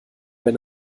wenn